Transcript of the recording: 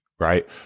Right